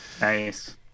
Nice